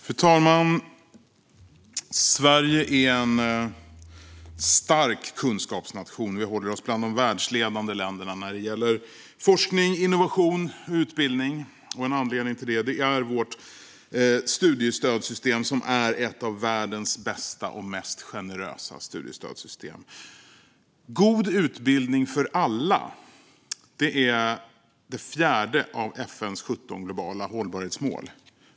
Fru talman! Sverige är en stark kunskapsnation. Vi håller oss bland de världsledande länderna när det gäller forskning, innovation och utbildning. En anledning till det är vårt studiestödssystem, som är ett av världens bästa och mest generösa. God utbildning för alla är det fjärde av FN:s 17 globala hållbarhetsmål.